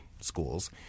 schools